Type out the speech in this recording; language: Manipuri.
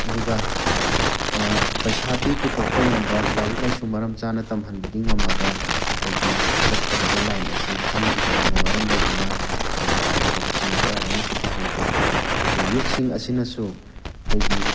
ꯑꯗꯨꯒ ꯄꯩꯁꯥꯗꯤ ꯄꯨꯊꯣꯛꯄ ꯉꯝꯕ ꯂꯥꯏꯔꯤꯛ ꯂꯥꯏꯁꯨ ꯃꯔꯝ ꯆꯥꯅ ꯇꯝꯍꯟꯕꯗꯤ ꯉꯝꯃꯒ ꯑꯩꯈꯣꯏꯒꯤ ꯆꯠꯀꯗꯕ ꯂꯥꯏꯟ ꯑꯁꯤ ꯈꯪꯈꯤꯗꯕꯅ ꯃꯔꯝ ꯑꯣꯏꯗꯨꯅ ꯑꯩꯈꯣꯏꯒꯤ ꯐꯒꯗꯕꯁꯤꯡ ꯀꯌꯥ ꯑꯃꯁꯨ ꯐꯍꯧꯗꯦ ꯑꯗꯨꯒ ꯌꯨꯠꯁꯤꯡ ꯑꯁꯤꯅꯁꯨ ꯑꯩꯈꯣꯏꯒꯤ